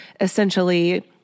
essentially